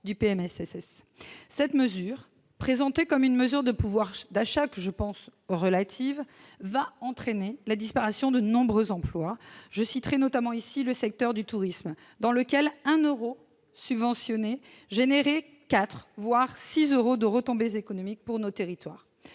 du PMSS. Cette mesure présentée comme une mesure de pouvoir d'achat- que je pense relative -va entraîner la disparition de nombreux emplois. Je citerai notamment le secteur du tourisme, dans lequel 1 euro de subvention génère 4, voire 6 euros de retombées économiques pour nos territoires.